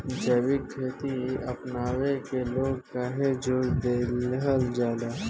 जैविक खेती अपनावे के लोग काहे जोड़ दिहल जाता?